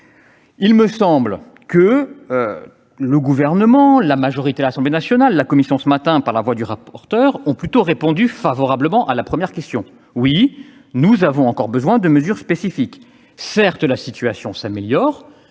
Il me semble que le Gouvernement, la majorité à l'Assemblée nationale et la commission, ce matin, par la voix du rapporteur, ont plutôt répondu favorablement à la première question : oui, nous avons encore besoin de mesures spécifiques. Certes, la situation s'améliore,